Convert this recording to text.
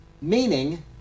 meaning